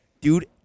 dude